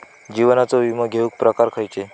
जीवनाचो विमो घेऊक प्रकार खैचे?